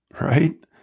Right